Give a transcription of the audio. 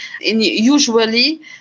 usually